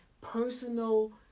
personal